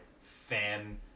fan